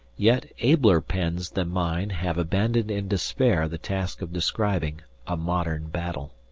yet abler pens than mine have abandoned in despair the task of describing a modern battle.